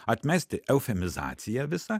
atmesti eufemizaciją visą